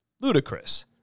ludicrous